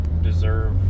deserve